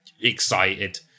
excited